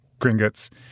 gringotts